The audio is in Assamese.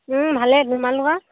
ভালে তোমালোকৰ